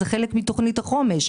זה חלק מתוכנית החומש.